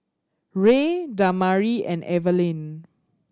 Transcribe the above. Rey Damari and Evalyn